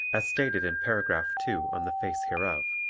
as stated in paragraph two on the face hereof.